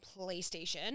PlayStation